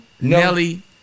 Nelly